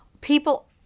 people